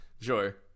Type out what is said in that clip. Sure